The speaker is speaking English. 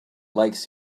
likes